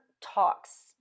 talks